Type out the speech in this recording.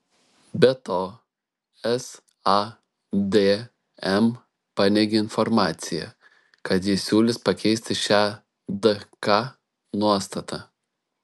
be to sadm paneigė informaciją kad ji siūlys pakeisti šią dk nuostatą